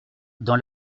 dans